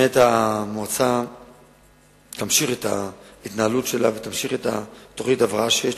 המועצה תמשיך את ההתנהלות שלה ותמשיך את תוכנית ההבראה שיש,